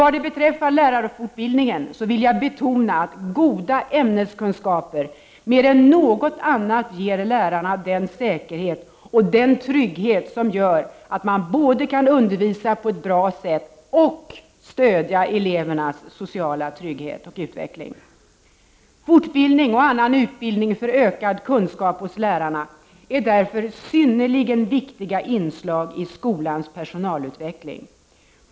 Vad beträffar lärarfortbildningen vill jag betona att goda ämneskunskaper mer än något annat ger lärarna den säkerhet och den trygghet som gör att man både kan undervisa på ett bra sätt och stödja elevernas sociala trygghet och utveckling. Fortbildning och annan utbildning för ökad kunskap hos lärarna är därför synnerligen viktiga inslag i skolans personalutveckling.